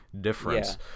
difference